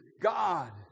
God